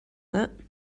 that